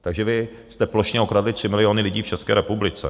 Takže vy jste plošně okradli 3 miliony lidí v České republice.